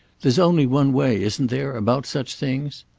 there's only one way isn't there about such things.